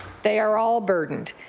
they are all burdened.